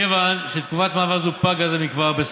כיוון שתקופת מעבר זו פגה זה מכבר,